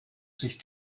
sich